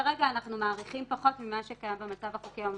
כרגע אנחנו מאריכים פחות ממה שקיים במצב החוקי היום.